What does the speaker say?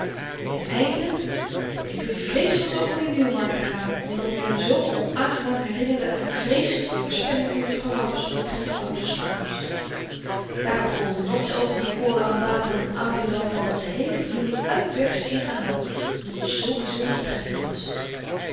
en eindelyk dat-i bevreesd was over de nieuwmarkt te gaan omdat die hem zoo onaangenaam herinnerde aan de vreeselyke voorspelling van juffrouw laps omtrent wouter's toekomst daarop volgde nog iets over die koran dathan en abiram waarop de heele familie uitberstte in gehuil omdat het zoo byzonder treffend was